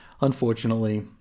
Unfortunately